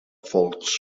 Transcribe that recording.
folks